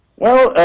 well,